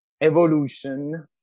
evolution